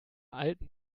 alten